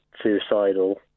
suicidal